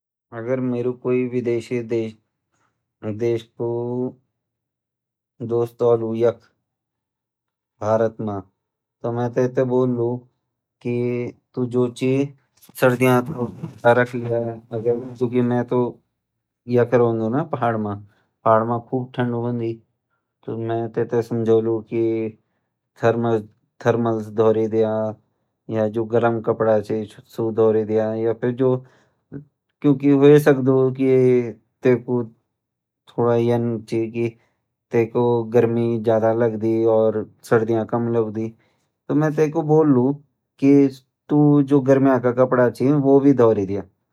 अगर मेरु विदेशी दोस्त औलू यख भारत म तो मैं तेते बोललू की तू जो छ थर्मल धोरी दया या जू गर्म कपड़ा ची सू भूरी दया और गरमिया का कपड़ा भी धोरी दया